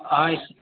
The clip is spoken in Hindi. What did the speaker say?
हाँ